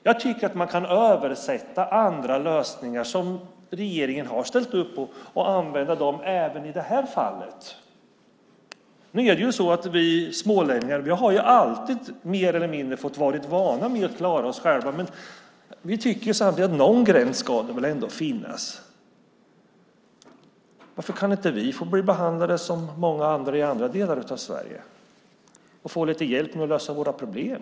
Jag tycker att man kan "översätta" andra lösningar som regeringen har ställt upp på och använda dem även i det här fallet. Nu är ju vi smålänningar vana vid att alltid mer eller mindre få klara oss själva. Samtidigt tycker vi att någon gräns ska det väl ändå finnas. Varför kan inte vi få bli behandlade som många andra i andra delar av Sverige och få lite hjälp att lösa våra problem?